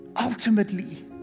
Ultimately